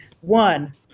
one